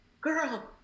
girl